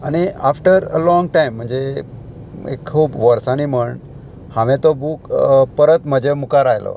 आनी after a long time म्हणजे एक खूब वर्सांनी म्हण हांवें तो बूक परत म्हजे मुखार आयलो